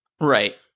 Right